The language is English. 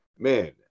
Man